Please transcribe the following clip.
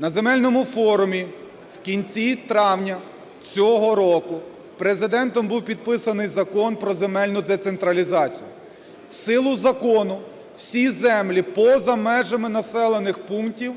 на земельному форумі в кінці травня цього року Президентом був підписаний Закон про земельну децентралізацію. В силу закону всі землі поза межами населених пунктів